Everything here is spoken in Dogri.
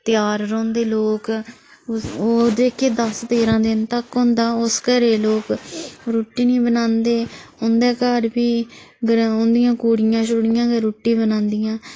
त्यार रौंहदे लोक ओह् जेह्के दस तेरां दिन तक होंदा ओह् उस घरै दे लोक रुट्टी नी बनांदे उं'दे घर फ्ही ग्रांऽ उंदियां कुड़ियां छुड़ियां गै रुट्टी बनांदियां